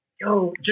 yo